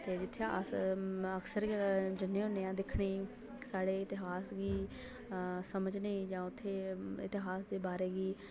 ते जित्थै अस अक्सर जन्ने होन्ने आं दिक्खने ई साढ़े इतिहास दी समझने जां उत्थै इतिहास दे बारै गी